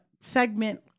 segment